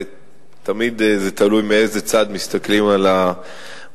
תמיד זה תלוי מאיזה צד מסתכלים על המציאות,